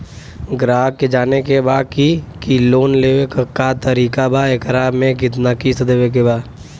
ग्राहक के जाने के बा की की लोन लेवे क का तरीका बा एकरा में कितना किस्त देवे के बा?